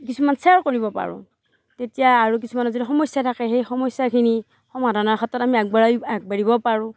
কিছুমান শ্বেয়াৰ কৰিব পাৰোঁ তেতিয়া আৰু কিছুমানৰ যদি সমস্যা থাকে সেই সমস্যাখিনি সমাধানৰ ক্ষেত্ৰত আমি আগবঢ়াই আগবাঢ়িব পাৰোঁ